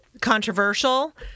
controversial